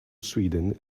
sweden